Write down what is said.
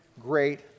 great